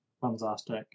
Fantastic